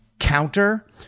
counter